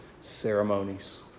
ceremonies